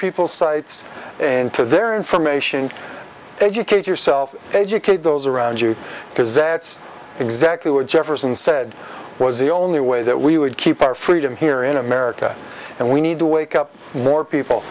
people sites and to their information educate yourself educate those around you because that's exactly what jefferson said was the only way that we would keep our freedom here in america and we need to wake up more people